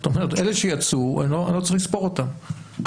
אלה שיצאו, אני לא צריך לספור אותם.